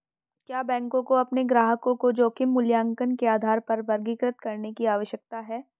क्या बैंकों को अपने ग्राहकों को जोखिम मूल्यांकन के आधार पर वर्गीकृत करने की आवश्यकता है?